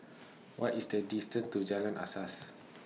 What IS The distance to Jalan Asas